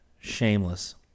Shameless